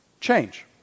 change